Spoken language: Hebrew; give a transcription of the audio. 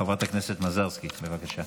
חברת הכנסת מזרסקי, בבקשה.